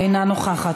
אינה נוכחת,